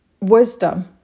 wisdom